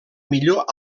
millor